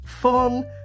fun